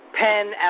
pen